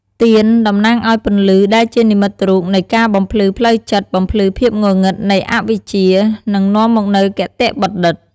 ទៀនតំណាងឱ្យ ពន្លឺ ដែលជានិមិត្តរូបនៃការបំភ្លឺផ្លូវចិត្ត បំភ្លឺភាពងងឹតនៃអវិជ្ជា និងនាំមកនូវគតិបណ្ឌិត។